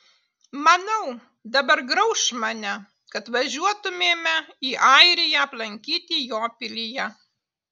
manau dabar grauš mane kad važiuotumėme į airiją aplankyti jo pilyje